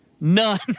None